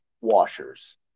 washers